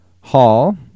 Hall